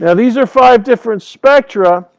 yeah these are five different spectra,